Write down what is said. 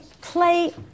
play